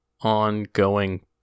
ongoing